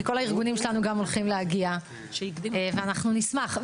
הארגונים שלנו גם הולכים להגיע, ואנחנו נשמח.